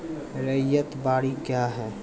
रैयत बाड़ी क्या हैं?